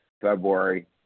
February